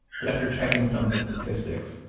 but after checking some of the statistics,